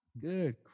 Good